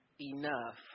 enough